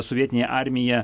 sovietinė armija